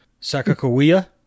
Sakakawea